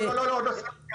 לא סיימתי.